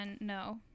No